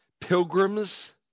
Pilgrims